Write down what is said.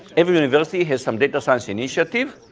every university has some data science initiative.